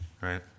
right